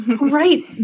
Right